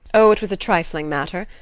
oh, it was a trifling matter.